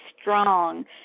strong